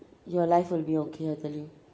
your life will be okay I tell you